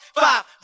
five